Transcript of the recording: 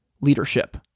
leadership